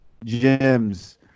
Gems